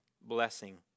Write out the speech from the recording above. blessing